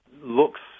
looks